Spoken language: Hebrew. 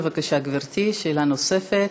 בבקשה, גברתי, שאלה נוספת.